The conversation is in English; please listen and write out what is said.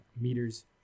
meter's